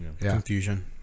Confusion